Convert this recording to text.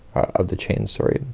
of the chain sorry.